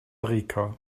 rica